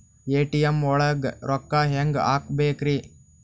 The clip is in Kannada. ಎ.ಟಿ.ಎಂ ಒಳಗ್ ರೊಕ್ಕ ಹೆಂಗ್ ಹ್ಹಾಕ್ಬೇಕ್ರಿ?